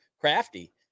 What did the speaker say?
crafty